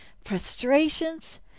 frustrations